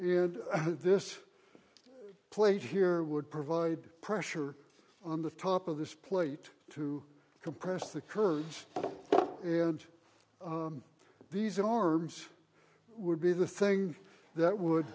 in this plate here would provide pressure on the top of this plate to compress the kurds and these arms would be the thing that would